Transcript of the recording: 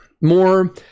more